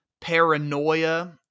paranoia